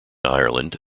ireland